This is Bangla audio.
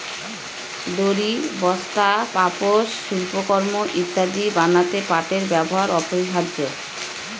দড়ি, বস্তা, পাপোষ, শিল্পকর্ম ইত্যাদি বানাতে পাটের ব্যবহার অপরিহার্য